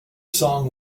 song